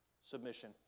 Submission